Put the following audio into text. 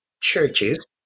churches